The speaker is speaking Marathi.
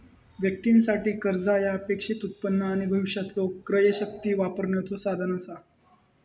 व्यक्तीं साठी, कर्जा ह्या अपेक्षित उत्पन्न आणि भविष्यातलो क्रयशक्ती वापरण्याचो साधन असा